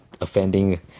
offending